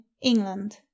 England